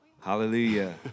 Hallelujah